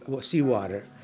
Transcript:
seawater